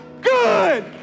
good